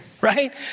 right